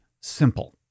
simple